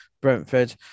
Brentford